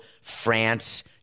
France